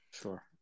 Sure